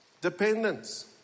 Dependence